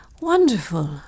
Wonderful